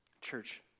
Church